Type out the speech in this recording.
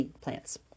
plants